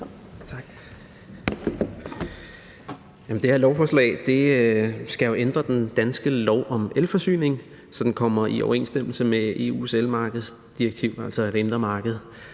Det her lovforslag skal jo ændre den danske lov om elforsyning, så den kommer i overensstemmelse med EU's elmarkedsdirektiv, altså det indre marked